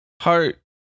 Heart